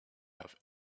have